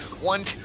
One